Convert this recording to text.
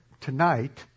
tonight